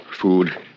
food